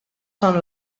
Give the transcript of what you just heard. són